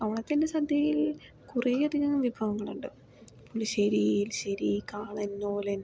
ഓണത്തിൻ്റെ സദ്യയിൽ കുറെയധികം വിഭവങ്ങളുണ്ട് പുളിശ്ശേരി എരിശ്ശേരി കാളൻ ഓലൻ